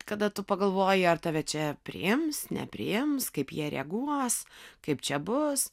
kada tu pagalvoji ar tave čia priims nepriims kaip jie reaguos kaip čia bus